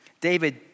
David